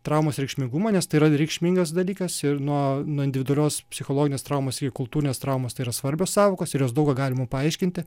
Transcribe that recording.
traumos reikšmingumą nes tai yra reikšmingas dalykas ir nuo nuo individualios psichologinės traumos ir kultūrinės traumos tai yra svarbios sąvokos ir jos daug ką gali mum paaiškinti